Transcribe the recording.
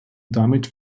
damit